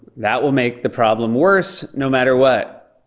that will make the problem worse, no matter what.